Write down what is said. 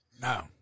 no